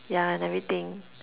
yeah and everything